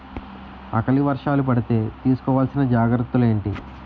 ఆకలి వర్షాలు పడితే తీస్కో వలసిన జాగ్రత్తలు ఏంటి?